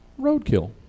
Roadkill